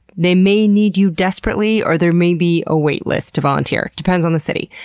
they may need you desperately, or there may be a wait list to volunteer. depends on the city.